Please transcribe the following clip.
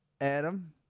Adam